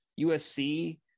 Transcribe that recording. USC